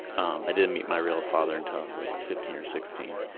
um i didn't mean my real father until i was like fifteen or sixteen.